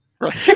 Right